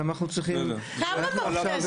כמה כלים